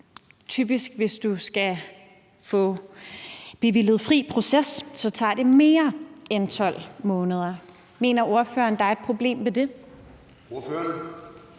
typisk, hvis man skal have bevilget fri proces, tager mere end 12 måneder. Mener ordføreren, at der er et problem ved det? Kl.